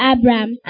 Abraham